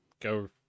go